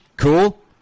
cool